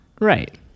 Right